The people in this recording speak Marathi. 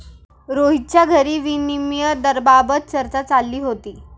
रोहितच्या घरी विनिमय दराबाबत चर्चा चालली होती